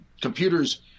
computers